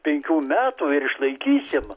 penkių metų ir išlaikysim